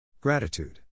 Gratitude